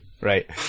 Right